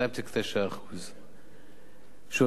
2.9%. שוב,